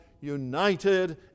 united